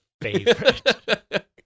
favorite